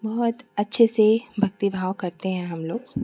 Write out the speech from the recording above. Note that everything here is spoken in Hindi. बहुत अच्छे से भक्ति भाव करते हैं हमलोग